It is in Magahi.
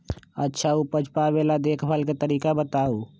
अच्छा उपज पावेला देखभाल के तरीका बताऊ?